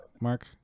Mark